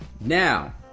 Now